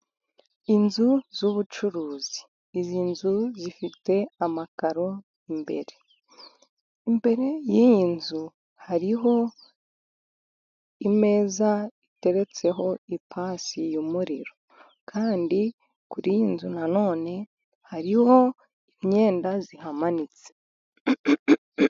Inzu z'ubucuruzi, izi nzu zifite amakaro imbere. Imbere y'iyi nzu hariho imeza ateretseho ipasi y'umuriro, kandi kuri iyo nzu nanone hariho imyenda ihamanitse.